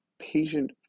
patient